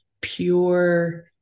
pure